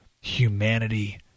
humanity